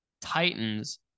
Titans